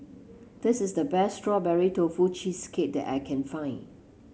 this is the best Strawberry Tofu Cheesecake that I can find